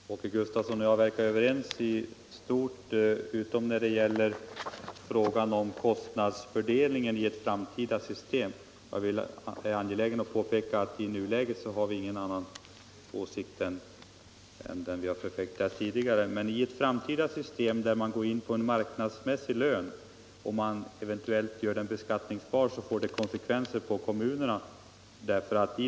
Herr talman! Herr Gustavsson i Nässjö och jag verkar vara överens i stort utom när det gäller frågan om kostnadsfördelningen i ett framtida system. Jag är angelägen att påpeka att i nuläget har vi ingen annan åsikt än den vi har förfäktat tidigare. Men ett framtida system, där man går in för en marknadsmässig lön som eventuellt görs beskattningsbar, får konsekvenser för kommunerna.